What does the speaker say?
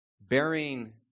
bearing